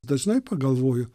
dažnai pagalvoju